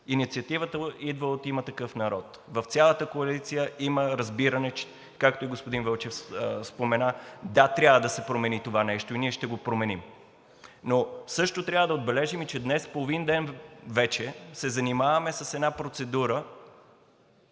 инициативата идва от „Има такъв народ“. В цялата коалиция има разбиране, както и господин Вълчев спомена, да, трябва да се промени това нещо и ние ще го променим. Но също трябва да отбележим, че днес половин ден вече се занимаваме с една процедура,